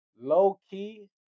low-key